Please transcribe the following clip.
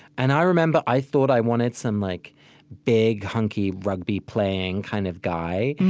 and i remember, i thought i wanted some like big, hunky, rugby-playing kind of guy,